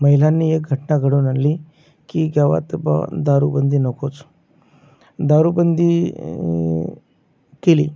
महिलांनी एक घट्ना घडवून आणली की गावातं बॉ दारूबंदी नकोच दारूबंदी केली